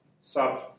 sub